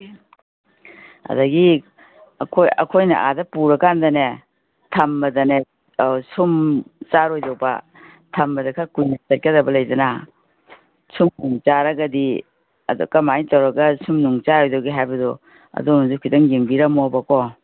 ꯑꯗꯒꯤ ꯑꯩꯈꯣꯏ ꯑꯩꯈꯣꯏꯅ ꯑꯥꯗ ꯄꯨꯔꯥꯀꯥꯟꯗꯅꯦ ꯊꯝꯕꯗꯅꯦ ꯑꯧ ꯁꯨꯝ ꯆꯥꯔꯣꯏꯗꯕ ꯊꯝꯕꯗ ꯈꯔ ꯀꯨꯏꯅ ꯆꯠꯀꯗꯕ ꯂꯩꯗꯅ ꯁꯨꯝ ꯅꯨꯡ ꯆꯥꯔꯒꯗꯤ ꯑꯗꯣ ꯀꯃꯥꯏ ꯇꯧꯔꯒ ꯁꯨꯝ ꯅꯨꯡ ꯆꯥꯔꯣꯏꯗꯒꯦ ꯍꯥꯏꯕꯗꯣ ꯑꯗꯣꯝꯅꯁꯨ ꯈꯤꯇꯪ ꯌꯦꯡꯕꯤꯔꯝꯃꯣꯕ ꯀꯣ